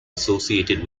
associated